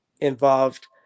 involved